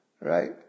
Right